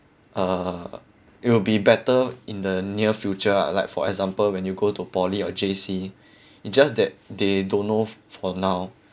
uh it will be better in the near future like for example when you go to poly or J_C it's just that they don't know for now